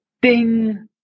ding